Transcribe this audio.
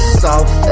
soft